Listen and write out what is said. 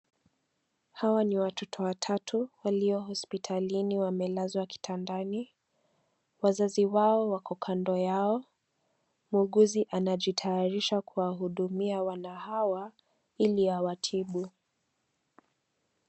Hawa ni watoto watatu , walio hospitalini wamelazwa kitandani. Wazazi wao wako kando yao. Muuguzi anajitayarisha kuwahudumia wana hawa, ili awatibu.